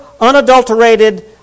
unadulterated